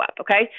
okay